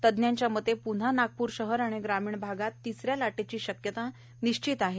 तज्ञांच्या मते प्न्हा नागप्र शहर व ग्रामीण भागात तिसऱ्या लाटेची शक्यता निश्चित आहे